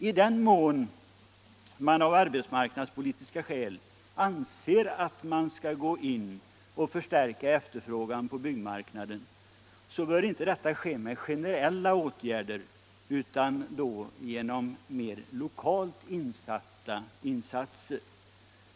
I den mån man av arbetsmarknadspolitiska skäl anser att man skall gå in och förstärka efterfrågan på byggmarknaden, så bör inte detta ske med generella åtgärder utan genom mer lokala insatser.